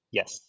Yes